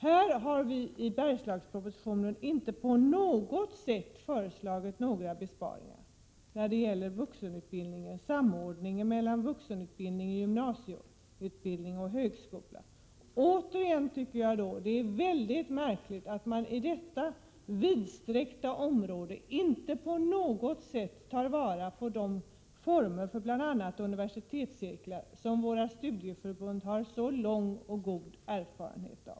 Här har vi, i samband med Bergslagspropositionen, inte föreslagit några besparingar när det gäller vuxenutbildning och samordningen mellan vuxenutbildning, gymnasieutbildning och högskola. Återigen vill jag säga att det är mycket märkligt att man på detta vidsträckta område inte på något sätt tar vara på de former för bl.a. universitetscirklar som våra studieförbund har så lång och god erfarenhet av.